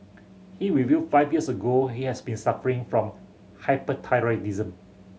he revealed five years ago he has been suffering from hyperthyroidism